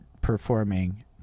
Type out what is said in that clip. performing